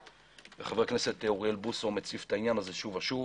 וחבר הכנסת אוריאל בוסו מציף את העניין הזה שוב ושוב.